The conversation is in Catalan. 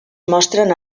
mostren